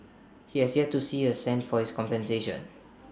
he has yet to see A cent of this compensation